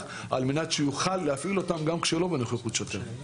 על מנת שיוכל להפעיל אותם גם כשלא בנוכחות שוטר.